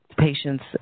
Patients